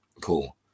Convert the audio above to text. Cool